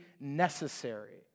necessary